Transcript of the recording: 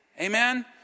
Amen